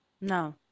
No